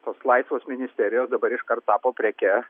tos laisvos ministerijos dabar iškart tapo preke